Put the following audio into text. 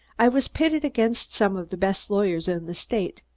i was pitted against some of the best lawyers in the state,